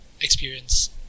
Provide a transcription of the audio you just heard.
experience